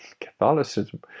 Catholicism